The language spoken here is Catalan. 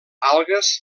algues